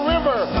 river